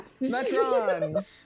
Metron